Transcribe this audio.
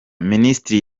minisitiri